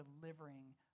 delivering